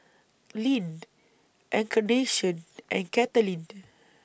Glynn Encarnacion and Katelin